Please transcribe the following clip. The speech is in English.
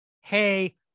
hey